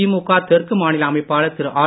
திமுக தெற்கு மாநில அமைப்பாளர் திரு ஆர்